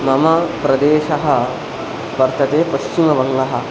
मम प्रदेशः वर्तते पश्चिमबङ्गः